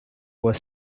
were